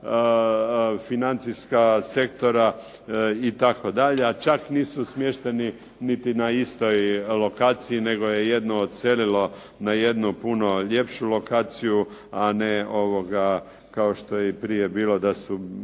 financijska sektora itd., a čak nisu smješteni niti na istoj lokaciji, nego je jedno odselilo na jednu puno ljepšu lokaciju, a ne kao što je i prije bilo da su